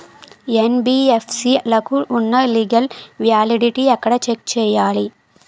NBFC లకు ఉన్నా legal validity ఎక్కడ చెక్ చేయాలి?